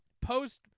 post